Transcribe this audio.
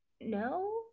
no